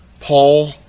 Paul